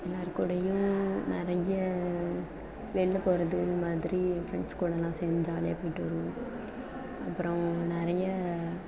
எல்லோர் கூடயும் நிறைய வெளில போகிறது இந்த மாதிரி என் ஃப்ரெண்ட்ஸ்கூடலாம் சேர்ந்து ஜாலியாக போய்ட்டு வருவோம் அப்புறம் நிறைய